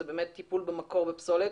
זה באמת טיפול במקור בפסולת